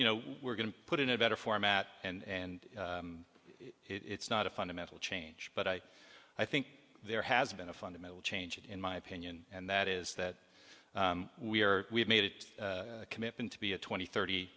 you know we're going to put in a better format and it's not a fundamental change but i i think there has been a fundamental change in my opinion and that is that we are we've made it a commitment to be a twenty thirty